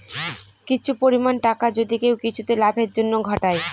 কিছু পরিমাণ টাকা যদি কেউ কিছুতে লাভের জন্য ঘটায়